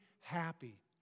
happy